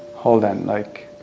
hold on. like,